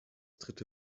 dritte